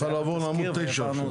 את צריכה לעבור לעמוד 9 עכשיו.